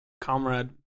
Comrade